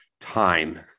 time